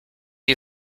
you